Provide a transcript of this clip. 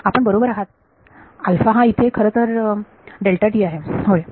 आपण बरोबर आहात हा इथे खरंतर आहे होय